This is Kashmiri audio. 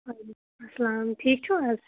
وعلیکُم اسلام ٹھیٖک چھُو حظ